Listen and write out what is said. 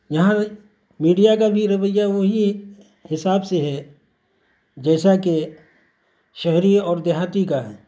یہاں میڈیا کا بھی رویہ وہی حساب سے ہے جیسا کہ شہری اور دیہاتی کا ہے